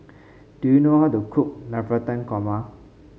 do you know how to cook Navratan Korma